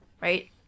right